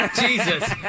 Jesus